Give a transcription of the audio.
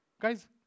Guys